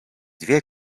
dwie